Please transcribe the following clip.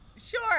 Sure